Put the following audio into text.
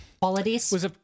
Qualities